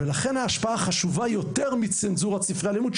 לכן ההשפעה שחשובה אף יותר מצנזורת ספרי הלימוד,